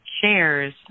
shares